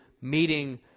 meeting